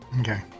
Okay